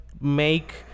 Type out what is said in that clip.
make